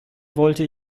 wollte